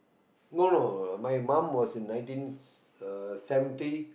no no my mum was in nineteen uh seventy